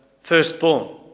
firstborn